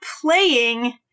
playing